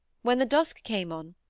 when the dusk came on,